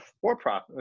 for-profit